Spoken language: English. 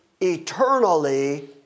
eternally